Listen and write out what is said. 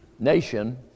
nation